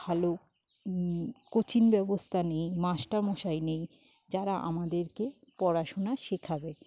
ভালো কোচিং ব্যবস্থা নেই মাস্টার মশাই নেই যারা আমাদেরকে পড়াশোনা শেখাবে